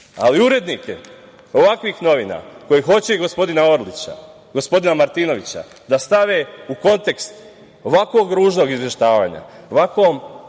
ga. Urednike ovakvih novina koji hoće gospodina Orlića, gospodina Martinovića da stave u kontekst ovakvog ružnog izveštavanja, ovakvim